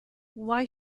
why